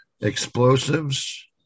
explosives